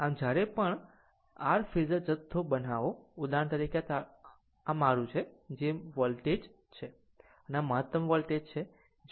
આમ જ્યારે પણ જ્યારે પણ r ફેઝર જથ્થો બનાવો ઉદાહરણ તરીકે આ તે મારું છે જે મારા વોલ્ટેજ છે આ મહત્તમ વોલ્ટેજ છે